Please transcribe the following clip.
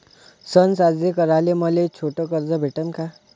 सन साजरे कराले मले छोट कर्ज भेटन का?